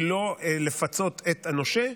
היא לא לפצות את הנושה.